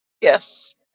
Yes